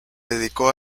dedicó